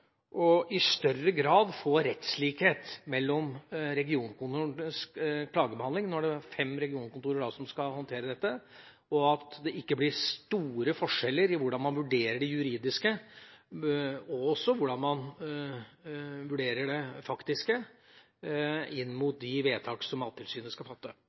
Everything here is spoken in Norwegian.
rettslikhet mellom regionkontorenes klagebehandling – nå er det fem regionkontor som skal håndtere dette – og at det ikke blir store forskjeller i hvordan man vurderer det juridiske, og hvordan man vurderer det faktiske, inn mot de vedtak Mattilsynet skal fatte.